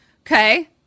Okay